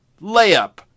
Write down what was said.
layup